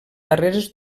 darreres